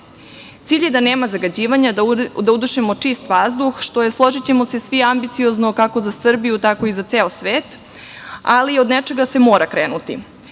Cilj je da nema zagađivanja, da udišemo čist vazduh, što je, složićemo se svi, ambiciozno kako za Srbiju, tako i za ceo svet, ali od nečega se mora krenuti. Moramo